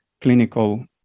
clinical